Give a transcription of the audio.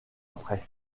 après